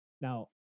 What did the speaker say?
Now